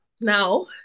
Now